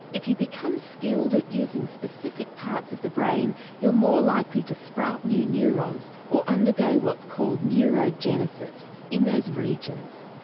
if you become skilled at using specific parts of the brain you're more likely to sprout new neurons, or undergo what's called neurogenesis in those regions.